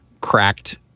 cracked